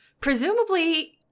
presumably